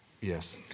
Yes